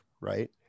right